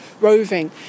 roving